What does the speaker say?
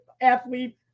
athlete